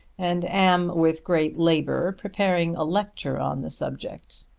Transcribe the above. and am with great labour preparing a lecture on the subject.